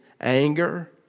anger